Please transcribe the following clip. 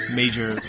major